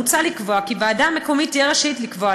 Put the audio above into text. מוצע לקבוע כי ועדה מקומית תהיה רשאית לקבוע,